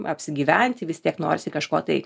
apsigyventi vis tiek norisi kažko tai